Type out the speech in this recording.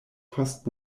post